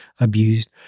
abused